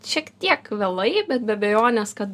šiek tiek vėlai bet be abejonės kad